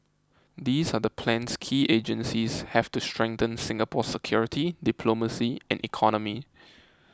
these are the plans key agencies have to strengthen Singapore's security diplomacy and economy